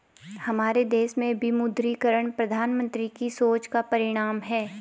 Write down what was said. हमारे देश में विमुद्रीकरण प्रधानमन्त्री की सोच का परिणाम है